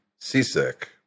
seasick